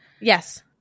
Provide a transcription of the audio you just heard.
Yes